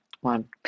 one